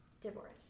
divorce